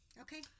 Okay